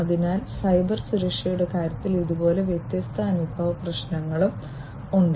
അതിനാൽ സൈബർ സുരക്ഷയുടെ കാര്യത്തിൽ ഇതുപോലുള്ള വ്യത്യസ്ത അനുബന്ധ പ്രശ്നങ്ങളും ഉണ്ട്